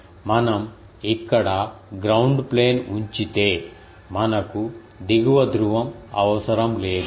కాబట్టి మనం ఇక్కడ గ్రౌండ్ ప్లేన్ ఉంచితే మనకు దిగువ ధ్రువం అవసరం లేదు